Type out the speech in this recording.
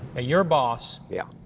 ah your boss. yeah.